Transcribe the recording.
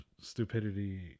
stupidity